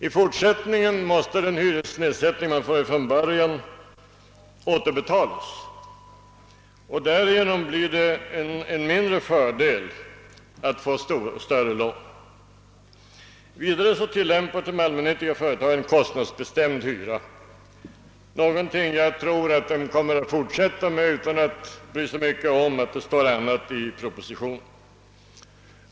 I fortsättningen måste den hyresnedsättning man får från början återbetalas. Därigenom blir det en mindre fördel att få större lån. Vidare tillämpar de allmännyttiga företagen en kostnadsbestämd hyra, någonting som jag tror att de kommer att fortsätta med utan att bry sig om att det står på annat sätt i propositionen.